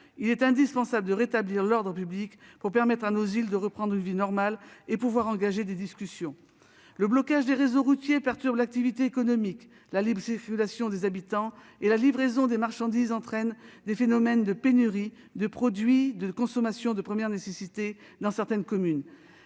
Il est indispensable de rétablir l'ordre public pour permettre à nos îles de reprendre une vie normale et d'engager des discussions. Le blocage des réseaux routiers perturbe l'activité économique, la libre circulation des habitants et la livraison des marchandises, entraînant des phénomènes de pénuries de produits de consommation de première nécessité dans certaines communes.